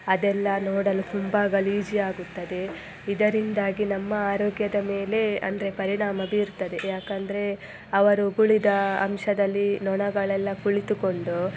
ಅದೆಲ್ಲ ನೋಡಲು ತುಂಬಾ ಗಲೀಜು ಆಗುತ್ತದೆ ಇದರಿಂದಾಗಿ ನಮ್ಮ ಆರೋಗ್ಯದ ಮೇಲೆ ಅಂದರೆ ಪರಿಣಾಮ ಬೀರ್ತದೆ ಯಾಕಂದರೆ ಅವರು ಉಗುಳಿದ ಅಂಶದಲ್ಲಿ ನೊಣಗಳೆಲ್ಲ ಕುಳಿತುಕೊಂಡು